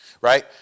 Right